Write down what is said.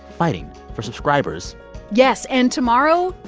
fighting for subscribers yes. and tomorrow,